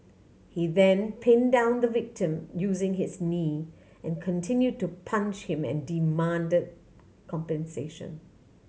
he then pin down the victim using his knee and continue to punch him and demand compensation